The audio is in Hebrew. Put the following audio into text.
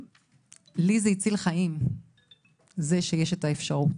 לי זה הציל חיים זה שיש את האפשרות,